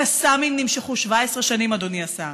הקסאמים נמשכו 17 שנים אדוני השר,